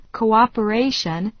cooperation